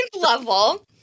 level